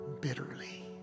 bitterly